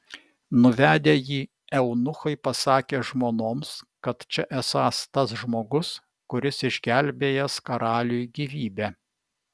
nuvedę jį eunuchai pasakė žmonoms kad čia esąs tas žmogus kuris išgelbėjęs karaliui gyvybę